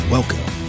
Welcome